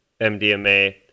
MDMA